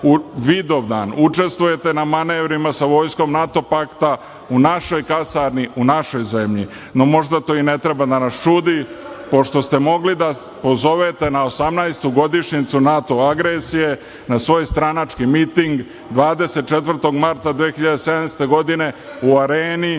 učestvujete na manevrima sa vojskom NATO pakta u našoj kasarni, u našoj zemlji. No, možda to i ne treba da nas čudi, pošto ste mogli da pozovete na 18. godišnjicu NATO agresije, na svoj stranački miting 24. marta 2017. godine u Areni